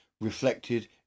Reflected